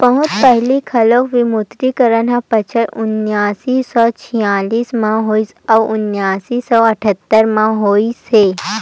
बहुत पहिली घलोक विमुद्रीकरन ह बछर उन्नीस सौ छियालिस म होइस अउ उन्नीस सौ अठत्तर म होइस हे